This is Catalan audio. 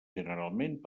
generalment